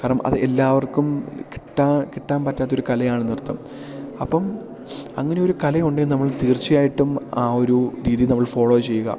കാരണം അത് എല്ലാവർക്കും കിട്ടാ കിട്ടാൻ പറ്റാത്തൊരു കലയാണ് നൃത്തം അപ്പം അങ്ങനെ ഒരു കലയുണ്ടെങ്കിൽ നമ്മൾ തീർച്ചയായിട്ടും ആ ഒരു രീതീ നമ്മൾ ഫോളോ ചെയ്യുക